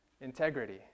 integrity